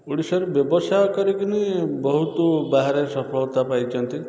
ଓଡ଼ିଶାରୁ ବ୍ୟବସାୟ କରିକିନି ବହୁତ ବାହାରେ ସଫଳତା ପାଇଛନ୍ତି